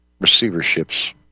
receiverships